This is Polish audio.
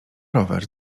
rower